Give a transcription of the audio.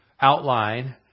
outline